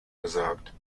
gesagt